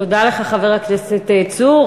תודה לך, חבר הכנסת צור.